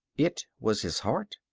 it was his heart.